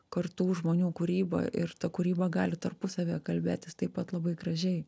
kartų žmonių kūryba ir ta kūryba gali tarpusavyje kalbėtis taip pat labai gražiai